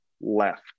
left